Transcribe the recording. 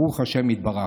ברוך ה' יתברך.